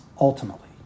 ultimately